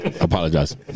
apologize